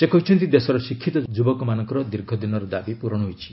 ସେ କହିଛନ୍ତି ଦେଶର ଶିକ୍ଷିତ ଯୁବକମାନଙ୍କର ଦୀର୍ଘ ଦିନର ଦାବି ପୂରଣ ହୋଇଛି